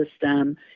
system